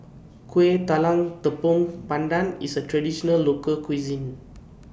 Kuih Talam Tepong Pandan IS A Traditional Local Cuisine